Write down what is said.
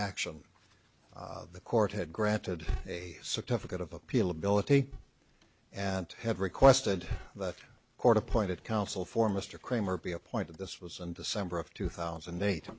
action the court had granted a certificate of appeal ability and have requested the court appointed counsel for mr kramer be a point of this was and december of two thousand and eight